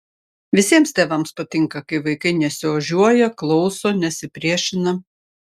visiems tėvams patinka kai vaikai nesiožiuoja klauso nesipriešina